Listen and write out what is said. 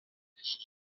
kure